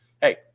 hey